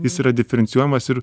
jis yra diferencijuojamas ir